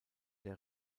der